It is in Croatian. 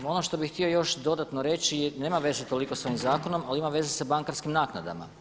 No ono što bih htio još dodatno reći nema veze toliko sa ovim zakonom ali ima veze sa bankarskim naknadama.